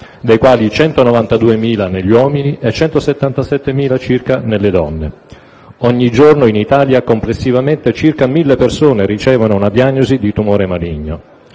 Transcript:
dei quali 192.000 negli uomini e 177.000 circa nelle donne; ogni giorno in Italia, complessivamente circa 1.000 persone ricevono una diagnosi di tumore maligno.